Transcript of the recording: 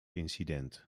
incident